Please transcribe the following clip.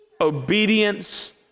Obedience